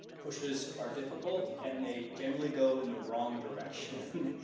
pushes are difficult and they generally go in the wrong direction,